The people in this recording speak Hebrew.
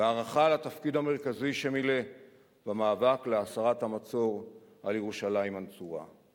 והערכה לתפקיד המרכזי שמילא במאבק להסרת המצור על ירושלים הנצורה.